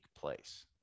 place